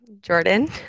Jordan